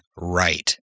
right